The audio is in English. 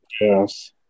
Yes